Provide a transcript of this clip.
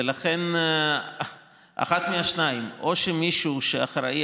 ולכן אחת מהשניים: או שמישהו שאחראי